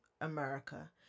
America